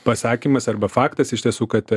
pasakymas arba faktas iš tiesų kad